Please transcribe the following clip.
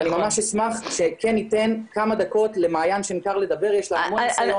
אני ממש אשמח שכן ניתן כמה דקות למעין שנקר לדבר כי יש לה המון מה לומר.